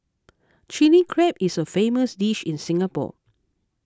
Chilli Crab is a famous dish in Singapore